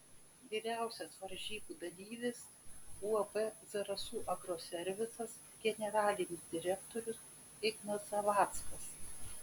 vyriausias varžybų dalyvis uab zarasų agroservisas generalinis direktorius ignas zavackas